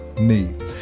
need